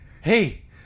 hey